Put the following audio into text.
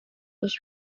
was